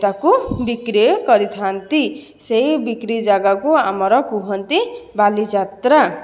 ତାକୁ ବିକ୍ରୟ କରିଥାନ୍ତି ସେହି ବିକ୍ରୀ ଜାଗାକୁ ଆମର କୁହନ୍ତି ବାଲିଯାତ୍ରା